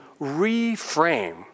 reframe